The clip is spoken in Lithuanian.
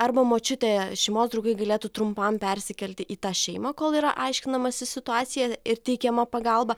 arba močiutę šeimos draugai galėtų trumpam persikelti į tą šeimą kol yra aiškinamasi situacija ir teikiama pagalba